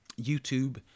YouTube